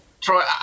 Troy